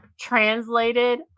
translated